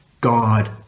God